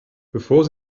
bevor